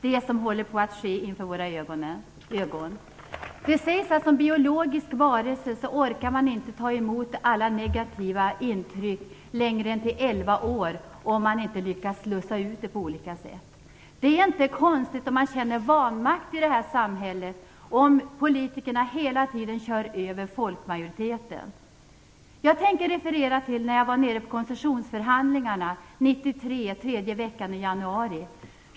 Det sägs att som biologisk varelse orkar man inte ta emot alla negativ intryck längre än till elva års ålder, om man inte lyckas slussa ut det på olika sätt. Det är inte konstigt om man känner vanmakt i det här samhället, när politikerna hela tiden kör över folkmajoriteten. Jag var nere på koncessionsförhandlingarna den tredje veckan i januari.